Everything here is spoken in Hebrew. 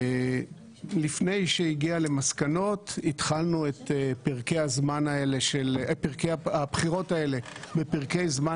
לפני המסקנות התחלנו את פרקי הבחירות האלה בפרקי זמן